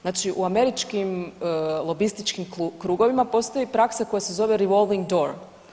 Znači i u američkim lobističkim krugovima postoji praksa koja se zove revolving door.